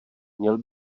měl